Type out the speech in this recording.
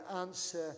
answer